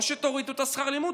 או שתורידו את שכר הלימוד,